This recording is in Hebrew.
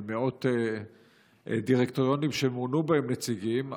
על מאות דירקטוריונים שמונו בהם נציגים,